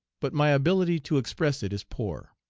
but my ability to express it is poor.